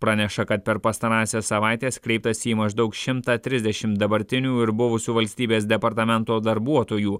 praneša kad per pastarąsias savaites kreiptasi į maždaug šimtą trisdešim dabartinių ir buvusių valstybės departamento darbuotojų